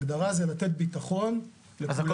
הגדרה היא לתת ביטחון לכולם.